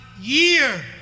year